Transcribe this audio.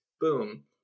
boom